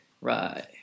Right